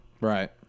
Right